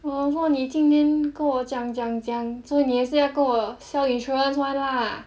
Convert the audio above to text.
orh so 你今天跟我讲讲讲 so 你也是要跟我 insurance [one] lah